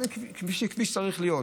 כביש כמו שצריך להיות,